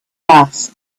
mass